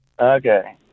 Okay